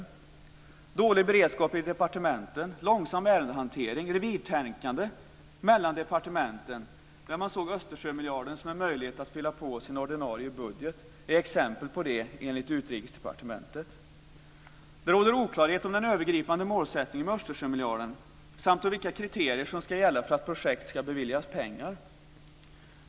Exempel på det är, enligt Utrikesdepartementet, dålig beredskap i departementen, långsam ärendehantering och revirtänkande på departementen. Man såg Östersjömiljarden som en möjlighet att fylla på sin ordinarie budget. Det råder oklarhet om den övergripande målsättningen med Östersjömiljarden samt om vilka kriterier som ska gälla för att projekt ska beviljas pengar.